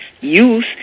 youth